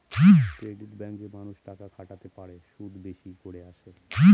credit ব্যাঙ্কে মানুষ টাকা খাটাতে পারে, সুদ বেশি করে আসে